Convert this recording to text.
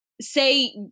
say